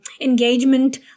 engagement